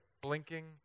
blinking